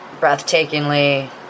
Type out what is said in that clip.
breathtakingly